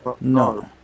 no